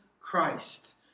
Christ